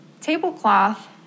tablecloth